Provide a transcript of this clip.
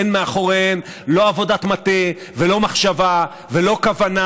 אין מאחוריהן לא עבודת מטה ולא מחשבה ולא כוונה,